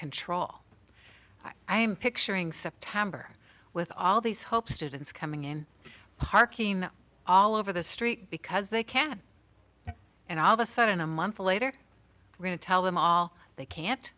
control i am picturing september with all these hope students coming in parking all over the street because they can and all of a sudden a month later really tell them all they can't